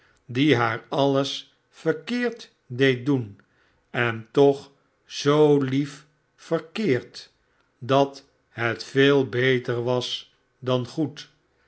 die haar alles verkeerd deed doen en toch zoo lief verkeerd dat het veel beter was dan goed